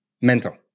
mental